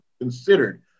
considered